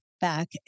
back